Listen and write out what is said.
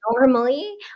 normally